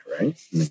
right